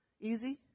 Easy